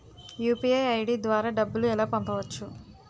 UPI ID ద్వారా డబ్బులు ఎలా పంపవచ్చు?